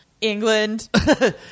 England